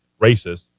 racist